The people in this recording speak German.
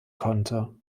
konnte